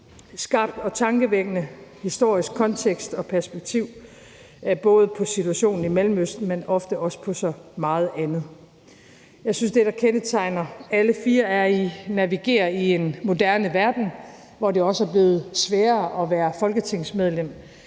Skarp og tankevækkende, historisk kontekst og perspektiv både på situationen i Mellemøsten, men ofte også på så meget andet. Jeg synes, det, der kendetegner alle fire, er, at I navigerer i en moderne verden, hvor det også er blevet sværere at være folketingsmedlem,